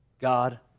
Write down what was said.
God